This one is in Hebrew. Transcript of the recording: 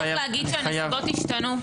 צריך להגיד שהנסיבות השתנו.